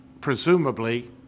presumably